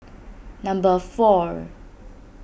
number four